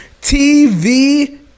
TV